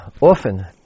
often